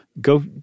go